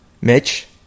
Mitch